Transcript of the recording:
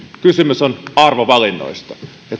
kysymys on arvovalinnoista